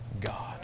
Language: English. God